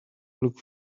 look